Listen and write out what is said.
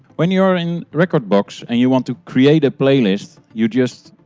when you're in rekordbox and you want to create a playlist, you just